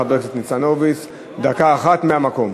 חבר הכנסת ניצן הורוביץ, דקה אחת מהמקום.